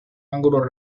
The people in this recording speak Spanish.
ángulo